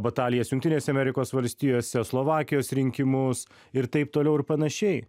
batalijas jungtinėse amerikos valstijose slovakijos rinkimus ir taip toliau ir panašiai